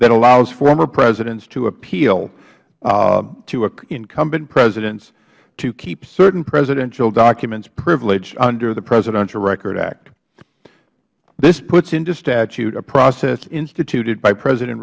that allows former presidents to appeal to an incumbent president to keep certain presidential documents privileged under the presidential records act this puts into statute a process instituted by president